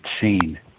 seen